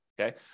okay